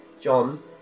John